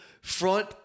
front